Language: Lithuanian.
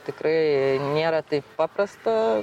tikrai nėra taip paprasta